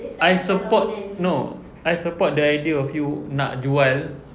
I support no I support the idea of you nak jual